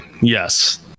Yes